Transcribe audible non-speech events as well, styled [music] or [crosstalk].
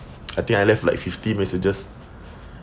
[noise] I think I left like fifty messages